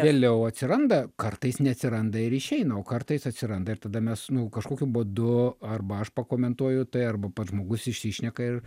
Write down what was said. vėliau atsiranda kartais neatsiranda ir išeina o kartais atsiranda ir tada mes nu kažkokiu būdu arba aš pakomentuoju tai arba pats žmogus išsišneka ir